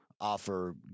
offer